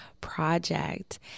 project